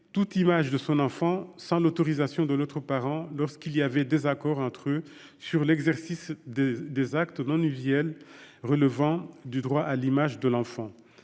toute image de son enfant sans l'autorisation de l'autre parent lorsqu'il y avait désaccord entre eux sur l'exercice des actes non usuels relevant du droit à l'image de l'enfant.